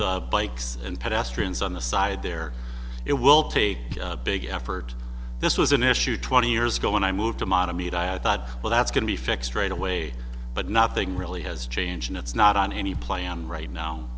the bikes and pedestrians on the side there it will take a big effort this was an issue twenty years ago when i moved to ma to meet i i thought well that's going to be fixed right away but nothing really has changed and it's not on any plan right now